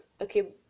Okay